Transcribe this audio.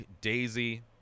Daisy